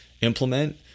implement